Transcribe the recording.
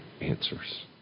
answers